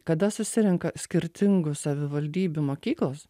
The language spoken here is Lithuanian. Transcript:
kada susirenka skirtingų savivaldybių mokyklos